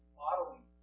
modeling